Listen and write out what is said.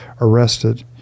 arrested